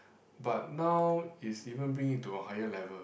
but now is even bring it to a higher level